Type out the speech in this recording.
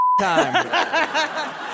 time